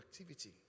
activity